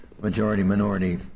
majority-minority